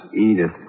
Edith